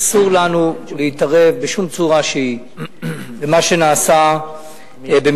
אסור לנו להתערב בשום צורה שהיא במה שנעשה במצרים,